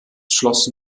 schloss